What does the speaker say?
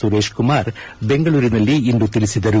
ಸುರೇಶ್ ಕುಮಾರ್ ಬೆಂಗಳೂರಿನಲ್ಲಿಂದು ತಿಳಿಸಿದರು